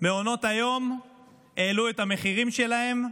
מעונות היום העלו את המחירים שלהם,